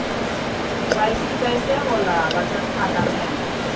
KYC कैसे होला बचत खाता में?